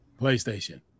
PlayStation